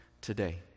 today